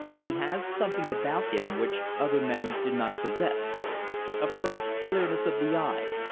he has something about him which other men do not possess a frank clearness of the eye,